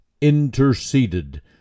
interceded